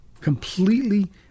Completely